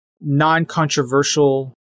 non-controversial